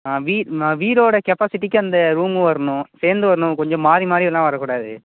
ஆ வீ நான் வீடோடய கெப்பாசிட்டிக்கு அந்த ரூமு வரணும் சேர்ந்து வரணும் கொஞ்சம் மாறி மாறி எல்லாம் வரக்கூடாது